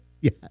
Yes